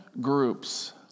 groups